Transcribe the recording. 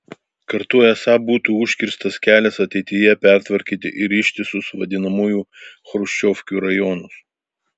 kartu esą būtų užkirstas kelias ateityje pertvarkyti ir ištisus vadinamųjų chruščiovkių rajonus